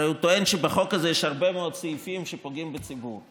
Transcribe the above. הרי הוא טוען שבחוק הזה יש הרבה מאוד סעיפים שפוגעים בציבור,